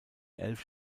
elf